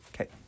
Okay